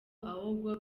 ahubwo